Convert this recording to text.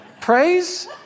Praise